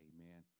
Amen